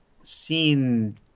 seen